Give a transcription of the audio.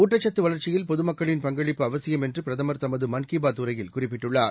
ஊட்டச்சத்துவளர்ச்சியில்பொதுமக்களின்பங்களிப்புஅ வசியம்என்றுபிரதமர்தமது மன்கிபாத்உரையில்குறிப்பி ட்டுள்ளார்